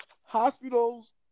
hospitals